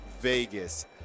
Vegas